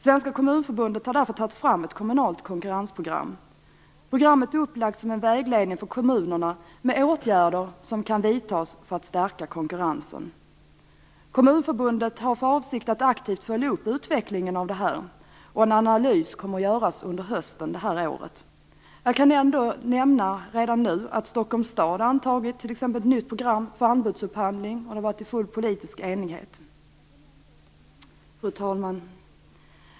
Svenska kommunförbundet har därför tagit fram ett kommunalt konkurrensprogram. Programmet är upplagt som en vägledning för kommunerna med åtgärder som kan vidtas för att stärka konkurrensen. Kommunförbundet har för avsikt att aktivt följa upp utvecklingen av detta och en analys kommer att göras under hösten i år. Jag kan ändå redan nu nämna att Stockholms stad har antagit ett nytt program för anbudsupphandling t.ex. Det har skett i full politisk enighet. Fru talman!